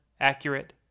accurate